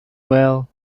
well